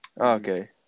okay